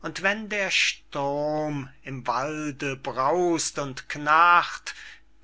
und wenn der sturm im walde braus't und knarrt